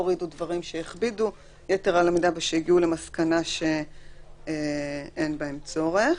הורידו דברים שהכבידו יתר על המידה ושהגיעו למסקנה שאין בהם צורך.